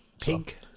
pink